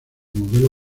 modelo